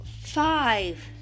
five